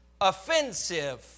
offensive